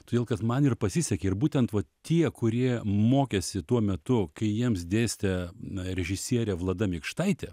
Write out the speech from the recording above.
todėl kad man ir pasisekė ir būtent va tie kurie mokėsi tuo metu kai jiems dėstė na režisierė vlada mikštaitė